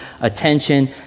attention